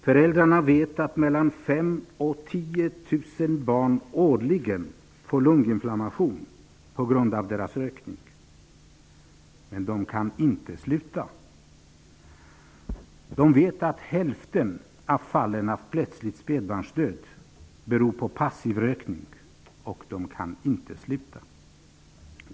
Föräldrarna vet att 5 000--10 000 barn årligen får lunginflammation på grund av deras rökning, men de kan inte sluta. De vet att hälften av fallen av plötslig spädbarnsdöd beror på passiv rökning, men de kan inte sluta.